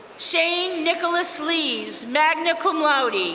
shane nicholas leese, magna cum laude,